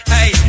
Hey